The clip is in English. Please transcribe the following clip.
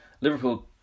Liverpool